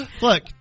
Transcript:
Look